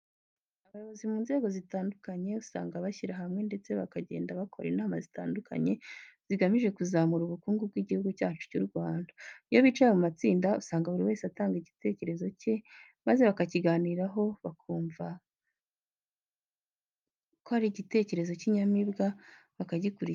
Abayobozi mu nzego zitandukanye usanga bashyira hamwe ndetse bakagenda bakora inama zitandukanye zigamije kuzamura ubukungu bw'Igihugu cyacu cy'u Rwanda. Iyo bicaye mu matsinda usanga buri wese atanga igitekerezo cye maze bakakiganiraho bakumva ari igitekerezo cy'inyamibwa bakagikurikiza.